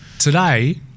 Today